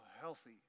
healthy